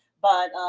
but,